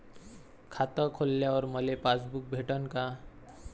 खातं खोलल्यावर मले पासबुक भेटन का?